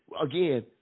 again